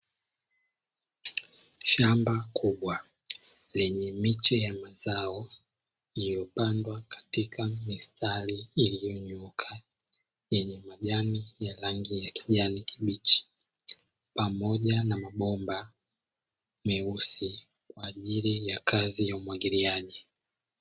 Shamba kubwa lenye miche ya mazao iliyopandwa katika mistari iliyonyooka, yenye majani ya rangi ya kijani kibichi pamoja na mabomba meusi kwa ajili ya kazi ya umwagiliaji.